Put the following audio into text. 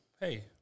Hey